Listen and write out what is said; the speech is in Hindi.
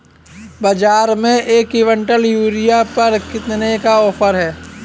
बाज़ार में एक किवंटल यूरिया पर कितने का ऑफ़र है?